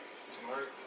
smart